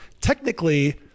technically